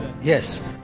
yes